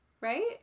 Right